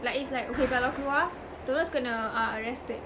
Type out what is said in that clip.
like it's like okay kalau keluar terus kena ah arrested